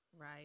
Right